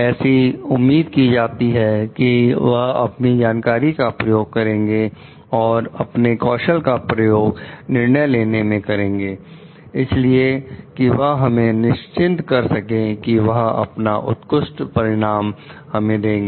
ऐसी उम्मीद की जाती है कि वह अपनी जानकारी का प्रयोग करेंगे और अपने कौशल का प्रयोग निर्णय लेने में करेंगे इसलिए कि वह हमें निश्चित कर सकें कि वह अपना उत्कृष्ट परिणाम हमें देंगे